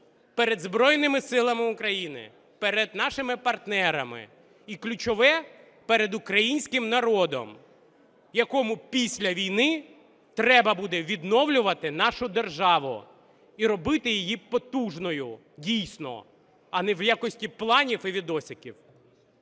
перед Збройними Силами України, перед нашими партнерами і ключове – перед українським народом, якому після війни треба буде відновлювати нашу державу і робити її потужною, дійсно, а не в якості планів і відосиків.